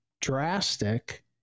drastic